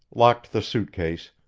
locked the suit case,